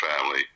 family